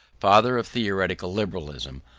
father of theoretical liberalism,